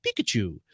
Pikachu